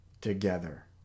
together